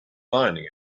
finding